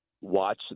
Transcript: Watch